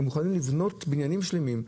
הם מוכנים לבנות בניינים שלמים,